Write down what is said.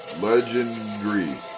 legendary